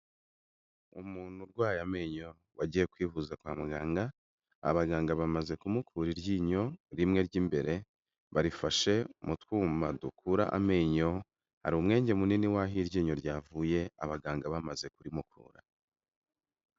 Umuntu urwaye amenyo wagiye kwivuza kwa muganga, abaganga bamaze kumukura iryinyo rimwe ry'imbere, barifashe mu twuma dukura amenyo, hari umwenge munini w'aho iryinyo ryavuye, abaganga bamaze kurimukura.